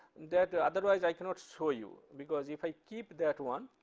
that otherwise i cannot show you, because if i keep that one,